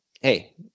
hey